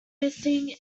missing